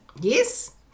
Yes